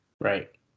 Right